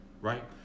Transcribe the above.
right